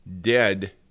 dead